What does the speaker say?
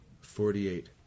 forty-eight